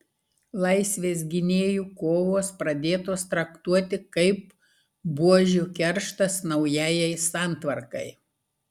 laisvės gynėjų kovos pradėtos traktuoti kaip buožių kerštas naujajai santvarkai